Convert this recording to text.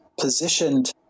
positioned